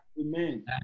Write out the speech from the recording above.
Amen